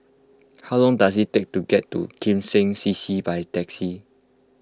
how long does it take to get to Kim Seng C C by taxi